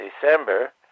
December